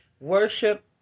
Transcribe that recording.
Worship